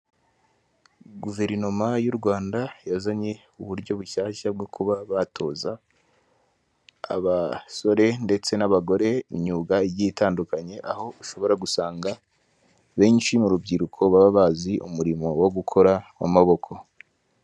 Guverinoma y'u Rwanda yazanye uburyo bushyashya bwo kuba batoza abasore ndetse n'abagore imyuga igiye itandukanye aho ushobora gusanga benshi mu rubyiruko baba bazi umurimo wo gukora w'amaboko.